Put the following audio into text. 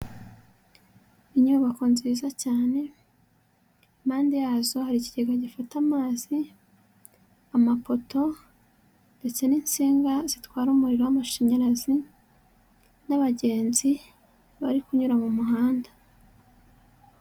Inyubako nziza cyane, impande yazo hari ikigega gifata amazi, amapoto ndetse n'insinga zitwara umuriro w'amashanyarazi n'abagenzi bari kunyura mu muhanda.